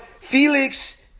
Felix